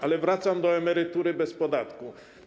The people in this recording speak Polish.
Ale wracam do emerytury bez podatku.